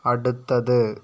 അടുത്തത്